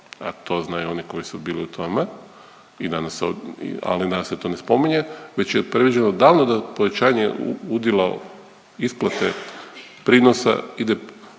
a to znaju oni koji su bili u tome ali danas se to ne spominje već je predviđeno odavno da povećanje udjela isplate prinosa ide